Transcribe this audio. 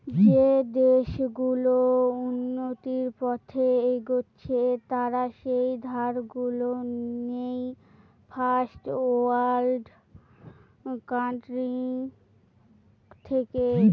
যে দেশ গুলো উন্নতির পথে এগচ্ছে তারা যেই ধার গুলো নেয় ফার্স্ট ওয়ার্ল্ড কান্ট্রি থেকে